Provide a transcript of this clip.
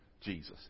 Jesus